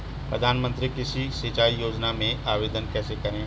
प्रधानमंत्री कृषि सिंचाई योजना में आवेदन कैसे करें?